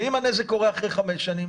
ואם הנזק קורה אחרי חמש שנים?